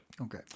Okay